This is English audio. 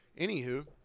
Anywho